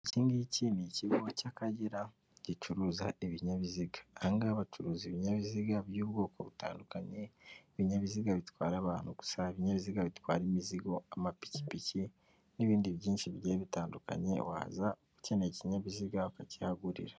Iki ngiki ni ikigo cy'Akagera gicuruza ibinyabiziga, aha ngaha bacuruza ibinyabiziga by'ubwoko butandukanye, ibinyabiziga bitwara abantu gusa, ibinyabiziga bitwara imizigo, amapikipiki, n'ibindi byinshi bigiye bitandukanye, waza ukeneye ikinyabiziga ukakihagurira.